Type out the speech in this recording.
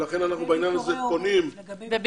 ולכן אנחנו בעניין הזה פונים לפרופ'